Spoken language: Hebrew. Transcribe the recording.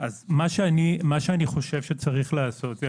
מה שאני חושב שצריך לעשות זה